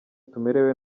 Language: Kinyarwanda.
tumerewe